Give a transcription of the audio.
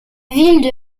ville